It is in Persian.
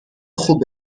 خوب